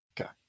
Okay